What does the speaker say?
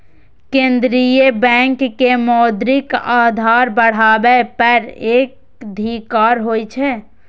केंद्रीय बैंक के मौद्रिक आधार बढ़ाबै पर एकाधिकार होइ छै